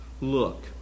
Look